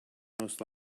most